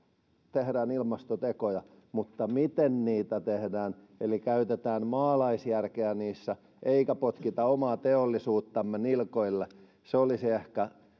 tehdään ilmastotekoja mutta mietitään miten niitä tehdään eli käytetään maalaisjärkeä niissä eikä potkita omaa teollisuuttamme nilkoille se olisi ehkä